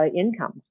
income